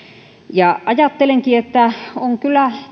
ajattelenkin että on kyllä